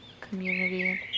community